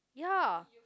ya